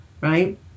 right